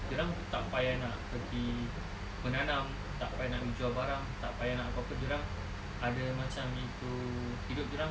dia orang tak payah nak nak pergi menanam tak payah nak pergi jual barang tak payah nak apa-apa dia orang ada macam itu hidup dia orang